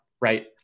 right